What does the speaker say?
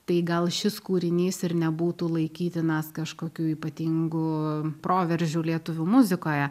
tai gal šis kūrinys ir nebūtų laikytinas kažkokiu ypatingu proveržiu lietuvių muzikoje